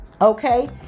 Okay